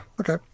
Okay